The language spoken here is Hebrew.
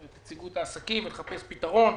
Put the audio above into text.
את נציגות העסקים, ולחפש פתרון,